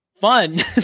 Fun